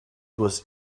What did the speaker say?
was